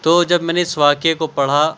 تو جب میں نے اس واقعے کو پڑھا